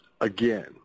Again